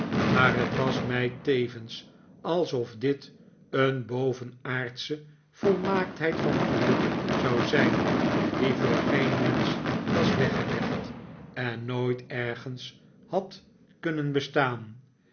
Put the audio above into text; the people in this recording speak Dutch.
maar het was mij tevens alsof dit een bovenaardsche volmaaktheid van geluk zou zijn die voor geen mensch was weggelegd en nooit ergens had kunnen bestaan